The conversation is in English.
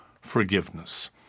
forgiveness